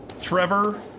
Trevor